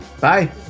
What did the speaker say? Bye